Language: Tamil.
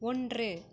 ஒன்று